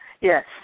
Yes